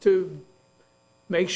to make